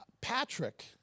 Patrick